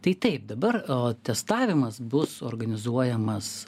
tai taip dabar o testavimas bus organizuojamas